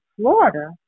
Florida